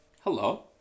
hello